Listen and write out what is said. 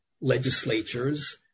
legislatures